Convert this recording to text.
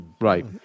Right